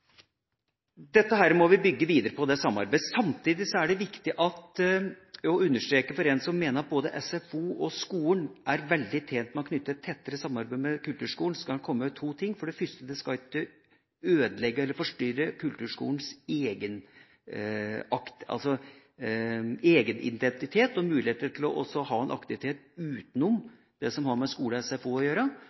Dette samarbeidet må vi bygge videre på. Men for en som mener at både SFO og skolen er tjent med å knytte et tettere samarbeid med kulturskolen, skal jeg understreke to ting: For det første skal det ikke ødelegge eller forstyrre kulturskolens egen identitet og mulighet til å ha en aktivitet utenom det som har med skole og SFO å gjøre.